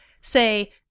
say